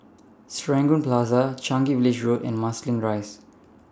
Serangoon Plaza Changi Village Road and Marsiling Rise